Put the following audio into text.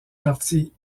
parti